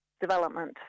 development